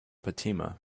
fatima